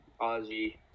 Ozzy